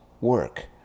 work